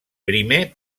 primer